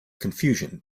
confusion